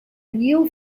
new